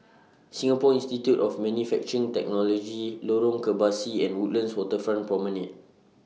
Singapore Institute of Manufacturing Technology Lorong Kebasi and Woodlands Waterfront Promenade